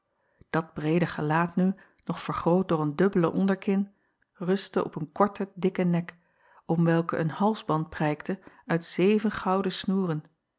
at breede gelaat nu nog vergroot door een dubbele onderkin rustte op een korten dikken nek om welken een halsband prijkte uit zeven gouden snoeren